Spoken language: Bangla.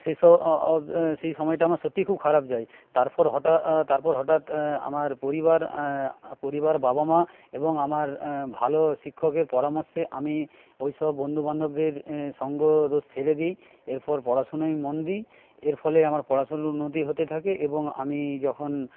সেইসব সেই সময়টা আমার সত্যিই খুব খারাপ যায় তারপর হঠাৎ তারপর হঠাৎ আমার পরিবার পরিবার বাবা মা এবং আমার ভালো শিক্ষকের পরামর্শে আমি ওইসব বন্ধুবান্ধবদের সঙ্গদোষ ছেড়ে দিই এরপর পড়াশুনোয় মন দিই এর ফলে আমার পড়াশুনোর উন্নতি হতে থাকে এবং আমি যখন